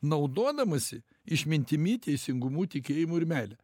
naudodamasi išmintimi teisingumu tikėjimu ir meile